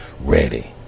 ready